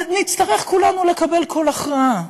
ונצטרך כולנו לקבל כל הכרעה,